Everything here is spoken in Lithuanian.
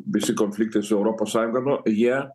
visi konfliktai su europos sąjunga nu jie